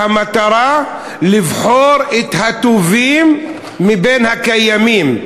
שהמטרה לבחור את הטובים מבין הקיימים,